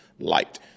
Light